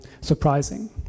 surprising